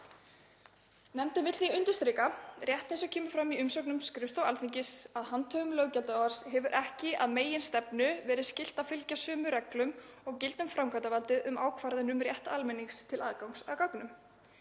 Nefndin vill því undirstrika, rétt eins og kemur fram í umsögnum skrifstofu Alþingis, að handhöfum löggjafarvalds hefur ekki að meginstefnu verið skylt að fylgja sömu reglum og gilda um framkvæmdarvaldið um ákvarðanir um rétt almennings til aðgangs að gögnum.